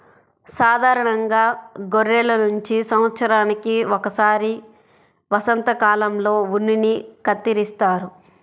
సాధారణంగా గొర్రెల నుంచి సంవత్సరానికి ఒకసారి వసంతకాలంలో ఉన్నిని కత్తిరిస్తారు